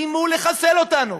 איימו לחסל אותנו.